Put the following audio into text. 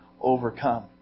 overcome